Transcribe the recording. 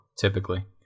typically